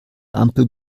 ampel